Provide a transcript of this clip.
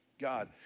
God